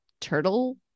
turtle